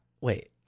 Wait